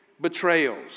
betrayals